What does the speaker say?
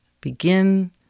begin